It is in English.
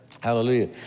Hallelujah